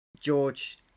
George